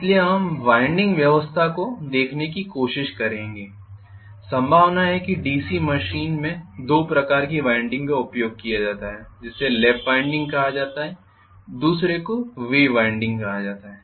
इसलिए हम वाइंडिंग व्यवस्था को देखने की कोशिश करेंगे संभावना है कि डीसी मशीन में 2 प्रकार की वाइंडिंग का उपयोग किया जाता है जिसे लैप वाइंडिंग कहा जाता है दूसरे को वेव वाइंडिंग कहा जाता है